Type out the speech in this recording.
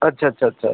আচ্ছা আচ্ছা আচ্ছা